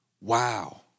Wow